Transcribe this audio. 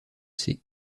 sées